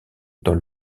dans